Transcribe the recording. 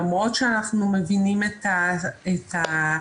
למרות שאנחנו מבינים את הקושי,